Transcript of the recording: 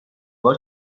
بار